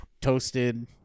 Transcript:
Toasted